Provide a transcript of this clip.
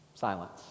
silence